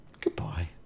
Goodbye